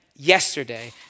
Yesterday